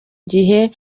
gihe